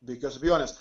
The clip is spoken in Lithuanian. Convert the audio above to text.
be jokios abejonės